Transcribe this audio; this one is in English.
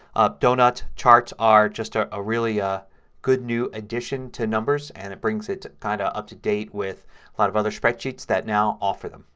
donut charts a just a ah really ah good new addition to numbers and it brings it kind of up to date with a lot of other spreadsheets that now offer them.